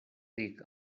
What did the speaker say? ric